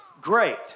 Great